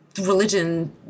religion